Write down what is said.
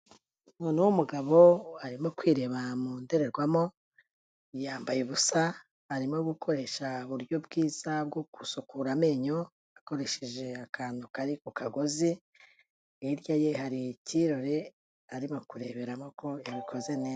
Umuntu w'umugabo arimo kwirebera mu ndorerwamo, yambaye ubusa, arimo gukoresha uburyo bwiza bwo gusukura amenyo, akoresheje akantu kari ku kagozi, hirya ye hari icyirori arimo kureberamo ko yabikoze neza.